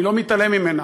אני לא מתעלם ממנה,